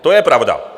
To je pravda.